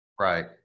right